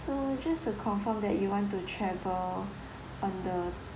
so just to confirm that you want to travel on the